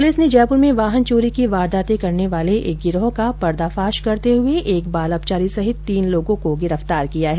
police ने जयपुर में वाहन चोरी की वारदातें करने वाले एक गिरोह का पर्दाफाश करते हुये एक बाल अपचारी सहित तीन लोगों को गिरफ्तार किया है